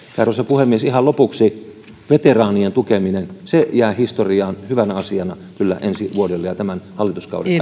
arvoisa puhemies ihan lopuksi veteraanien tukeminen se jää historiaan hyvänä asiana kyllä ensi vuodelle ja tämän hallituskauden